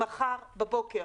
מחר בבוקר.